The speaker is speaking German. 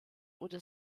oder